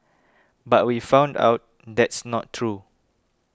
but we found out that's not true